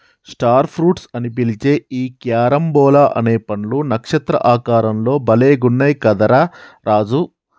star fruits అని పిలిచే ఈ క్యారంబోలా అనే పండ్లు నక్షత్ర ఆకారం లో భలే గున్నయ్ కదా రా రాజు